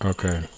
Okay